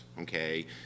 okay